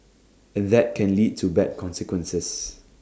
and that can lead to bad consequences